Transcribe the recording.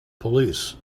police